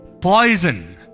poison